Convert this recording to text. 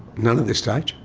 none at this stage.